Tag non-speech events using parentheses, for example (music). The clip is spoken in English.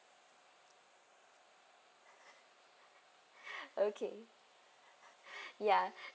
(laughs) okay (breath) ya